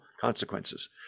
consequences